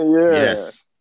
yes